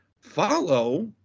follow